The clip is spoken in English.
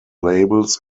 labels